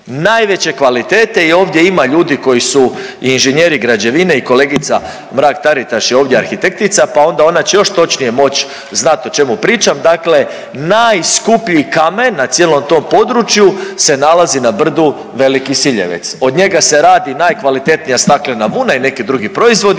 najveće kvalitete i ovdje ima ljudi koji su i inženjeri građevine i kolegica Mrak-Taritaš je ovdje arhitektica pa onda ona će još točnije moći znati o čemu pričam. Dakle najskuplji kamen na cijelom tom području se nalazi na brdu Veliki Siljevec. Od njega se radi najkvalitetnija staklena vuna i neki drugi proizvodi